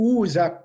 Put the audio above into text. usa